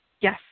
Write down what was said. Yes